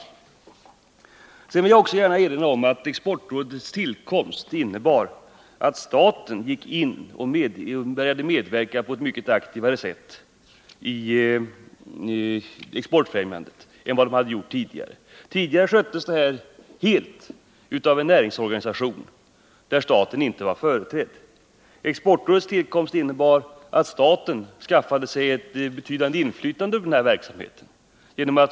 Sedan vill jag gärna erinra om att Exportrådets tillkomst innebar att staten började medverka på ett mycket aktivare sätt än tidigare i exportfrämjandet. Förut sköttes denna verksamhet helt av en näringsorganisation där staten inte var företrädd. Exportrådets tillkomst medförde att staten skaffade sig ett betydande inflytande över verksamheten.